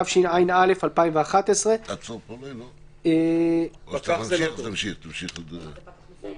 התשע"א 2011‏. תיכף נציגי הממשלה יסבירו את זה.